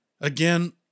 Again